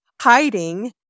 hiding